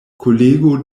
kolego